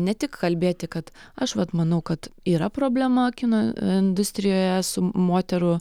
ne tik kalbėti kad aš vat manau kad yra problema kino industrijoje su moterų